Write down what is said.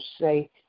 say